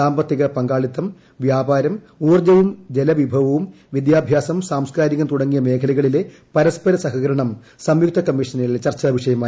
സാമ്പത്തിക പങ്കാളിത്തം വ്യാപാരം ഊർജ്ജവും ജലവിഭവവും വിദ്യാഭ്യാസം സാംസ്കാരികം തുടങ്ങിയ മേഖലകളിലെ പരസ്പര സഹകരണം സംയുക്ത കമ്മീഷനിൽ ചർച്ചാവിഷയമായി